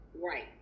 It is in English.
right